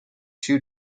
two